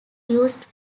used